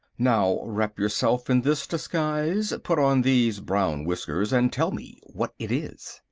now wrap yourself in this disguise, put on these brown whiskers and tell me what it is.